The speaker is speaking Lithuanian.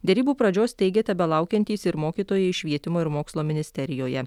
derybų pradžios teigia tebelaukiantys ir mokytojai švietimo ir mokslo ministerijoje